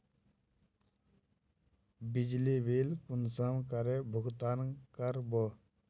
बिजली बिल कुंसम करे भुगतान कर बो?